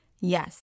Yes